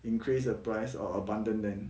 increase the price or abandon them